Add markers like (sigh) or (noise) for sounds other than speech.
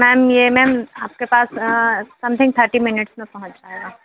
ma'am ये ma'am आपके पास (unintelligible) something thirty minutes में पहुंच जाएगा